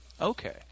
Okay